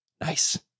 Nice